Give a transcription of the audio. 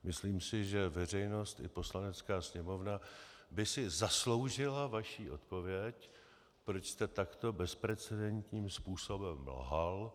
Myslím si, že veřejnost i Poslanecká sněmovna by si zasloužily vaši odpověď, proč jste takto bezprecedentním způsobem lhal.